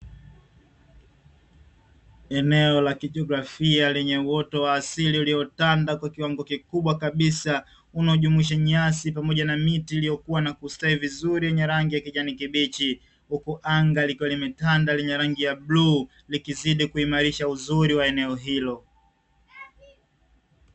Eneo la kijiografia lenye uwoto wa asili uliotanda kwa kiwango kikubwa kabisa, unajumuisha nyasi pamoja na miti iliyokuwa na kustawi vizuri yenye rangi ya kijani kibichi, huku anga lilikuwa limetanda lenye rangi ya bluu likizidi kuimarisha uzuri wa eneo hilo.